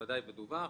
בוודאי מדווח.